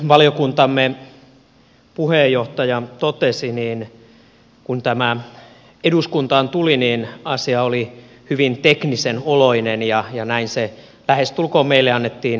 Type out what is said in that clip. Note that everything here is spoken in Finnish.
niin kuin valiokuntamme puheenjohtaja totesi kun tämä eduskuntaan tuli niin asia oli hyvin teknisen oloinen ja näin se lähestulkoon meille annettiin ymmärtääkin